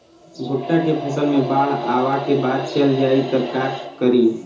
भुट्टा के फसल मे बाढ़ आवा के बाद चल जाई त का करी?